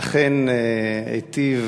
אכן, היטיב